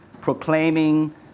proclaiming